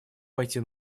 пойти